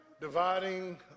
dividing